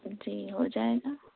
جی ہو جائے گا